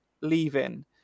leaving